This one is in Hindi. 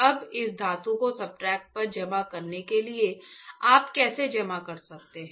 अब इस धातु को सब्सट्रेट पर जमा करने के लिए आप कैसे जमा कर सकते हैं